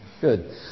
good